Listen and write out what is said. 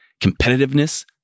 competitiveness